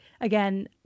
again